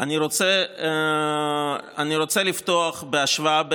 אני רוצה לפתוח בהשוואה בין-לאומית.